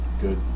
Good